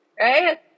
Right